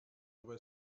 aber